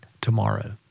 tomorrow